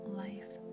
life